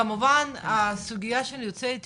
כמובן הסוגייה של יוצאי אתיופיה,